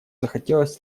захотелось